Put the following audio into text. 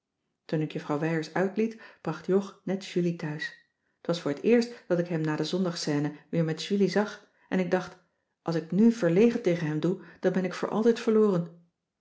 toen ik juffrouw wijers uitliet bracht jog net julie thuis t was voor het eerst dat ik hem na de zondagscène weer met julie zag en ik dacht als ik nù verlegen tegen hem doe dan ben ik voor altijd verloren